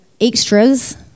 extras